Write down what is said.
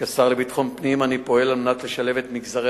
כשר לביטחון פנים אני פועל על מנת לשלב את מגזרי